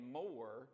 more